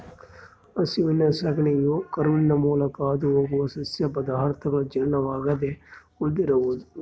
ಹಸುವಿನ ಸಗಣಿಯು ಕರುಳಿನ ಮೂಲಕ ಹಾದುಹೋಗುವ ಸಸ್ಯ ಪದಾರ್ಥಗಳ ಜೀರ್ಣವಾಗದೆ ಉಳಿದಿರುವುದು